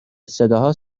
صداها